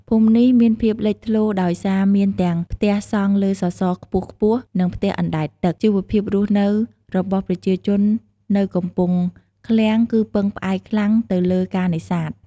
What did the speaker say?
ភូមិនេះមានភាពលេចធ្លោដោយសារមានទាំងផ្ទះសង់លើសសរខ្ពស់ៗ និងផ្ទះអណ្ដែតទឹក។ ជីវភាពរស់នៅរបស់ប្រជាជននៅកំពង់ឃ្លាំងគឺពឹងផ្អែកខ្លាំងទៅលើការនេសាទ។